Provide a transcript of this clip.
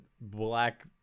black